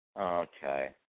okay